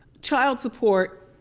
child support,